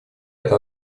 это